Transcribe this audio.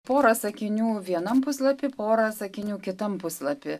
pora sakinių vienam puslapy porą sakinių kitam puslapy